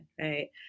right